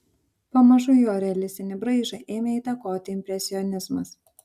pamažu jo realistinį braižą ėmė įtakoti impresionizmas